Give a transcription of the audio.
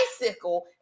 bicycle